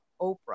Oprah